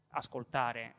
ascoltare